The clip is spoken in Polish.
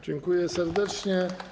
Dziękuję serdecznie.